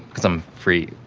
so i'm free.